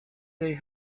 they